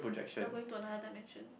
you're going to another dimension